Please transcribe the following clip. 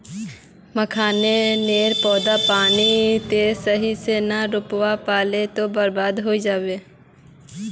मखाने नेर पौधा पानी त सही से ना रोपवा पलो ते बर्बाद होय जाबे